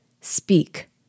Speak